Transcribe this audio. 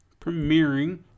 premiering